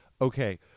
okay